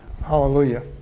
Hallelujah